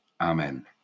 Amen